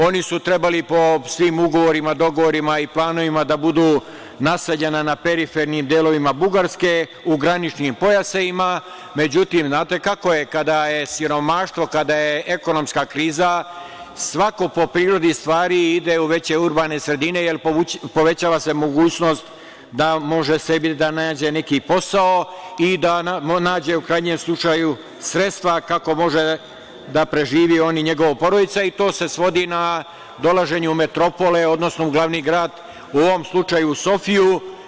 Oni su trebali po svim ugovorima, dogovorima i planovima da budu naseljeni na perifernim delovima Bugarske u graničnim pojasevima, međutim, znate kako je, kada je siromaštvo, kada je ekonomska kriza, svako po prirodi stvari ide u veće urbane sredine, jer se povećava mogućnost da može sebi da nađe neki posao i da u krajnjem slučaju nađe sredstva kako može da preživi on i njegova porodica i to se svodi na dolaženje u metropole, odnosno u glavni grad, u ovom slučaju Sofiju.